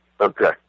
Okay